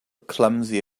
clumsy